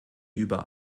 über